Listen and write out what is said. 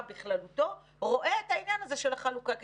בכללותו רואה את העניין הזה של החלוקה,